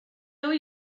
hoy